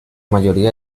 mayoría